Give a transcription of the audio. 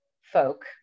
folk